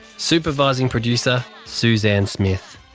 supervising producer suzanne smith,